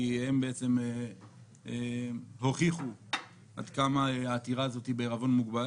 הם הוכיחו עד כמה העתירה הזאת היא בעירבון מוגבל.